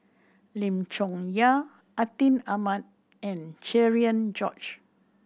Lim Chong Yah Atin Amat and Cherian George